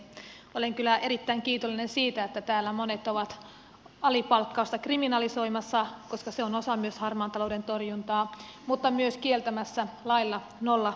olen kyllä erittäin kiitollinen siitä että täällä monet ovat alipalkkausta kriminalisoimassa koska se on osa myös harmaan talouden torjuntaa mutta myös kieltämässä lailla nollatyösopimukset